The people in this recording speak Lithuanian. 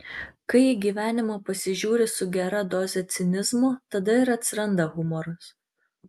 kai į gyvenimą pasižiūri su gera doze cinizmo tada ir atsiranda humoras